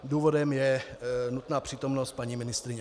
Důvodem je nutná přítomnost paní ministryně.